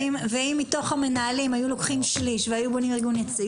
ואם מתוך המנהלים היו לוקחים שליש והיו בונים ארגון יציג,